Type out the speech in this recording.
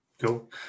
Cool